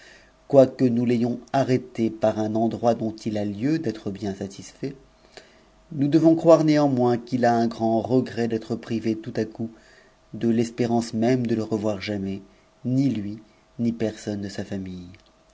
quoique nous l'ayons arrêté par un endroit dont il a lieu bien satisfait nous devons croire néanmoins qu'il a un grand regret f privé tout à coup de l'espérance même de le revoir jamais ni jli personne de sa famille